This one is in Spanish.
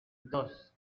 dos